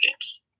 games